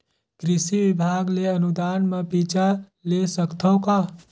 कृषि विभाग ले अनुदान म बीजा ले सकथव का?